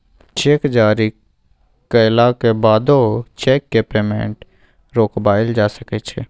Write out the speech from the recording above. cheque जारी कएलाक बादो चैकक पेमेंट रोकबाएल जा सकै छै